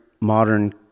modern